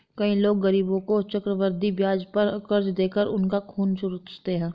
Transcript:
कई लोग गरीबों को चक्रवृद्धि ब्याज पर कर्ज देकर उनका खून चूसते हैं